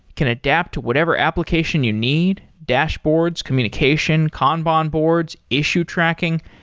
can adapt to whatever application you need, dashboards, communication, kanban boards, issue tracking.